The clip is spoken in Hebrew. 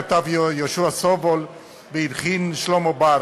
כתב יהושע סובול והלחין שלמה בר,